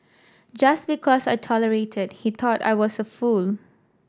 just because I tolerated he thought I was a fool